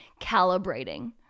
calibrating